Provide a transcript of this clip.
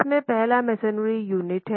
इसमे पहला masonry unit है